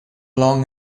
long